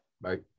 Bye